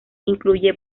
incluye